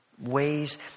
ways